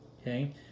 Okay